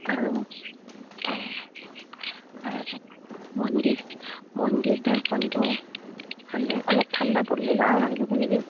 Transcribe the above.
আৰু অঁ আৰু মন্দিৰ মন্দিৰ দৰ্শনটো ভাল লাগে অলপ ঠাণ্ডা পৰিলে যাৱা ভাল হ'ব নেকি